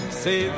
say